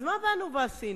אז מה באנו ועשינו?